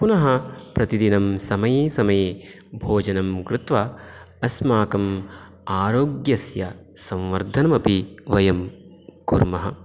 पुनः प्रतिदिनं समये समये भोजनम् कृत्वा अस्माकं आरोग्यस्य संवर्धनमपि वयं कुर्मः